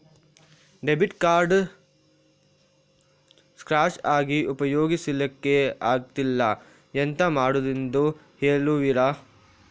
Debit card scratch ಆಗಿ ಉಪಯೋಗಿಸಲ್ಲಿಕ್ಕೆ ಆಗ್ತಿಲ್ಲ, ಎಂತ ಮಾಡುದೆಂದು ಹೇಳುವಿರಾ?